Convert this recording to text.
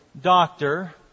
Doctor